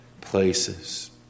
places